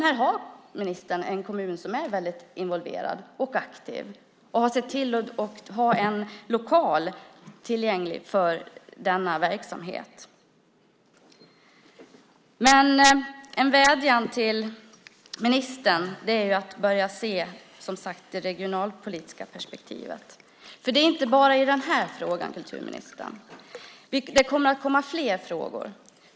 Här har ministern en kommun som är involverad och aktiv och som har sett till att ha en lokal tillgänglig för denna verksamhet. Jag vill vädja till ministern att börja se det regionalpolitiska perspektivet. Det är inte bara i denna fråga; det kommer fler frågor.